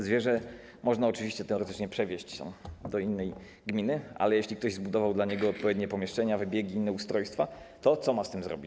Zwierzę można oczywiście teoretycznie przewieźć do innej gminy, ale jeśli ktoś zbudował dla niego odpowiednie pomieszczenia, wybiegi i inne ustrojstwa, to co ma z tym zrobić?